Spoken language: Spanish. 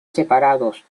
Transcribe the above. separados